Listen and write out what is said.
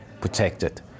protected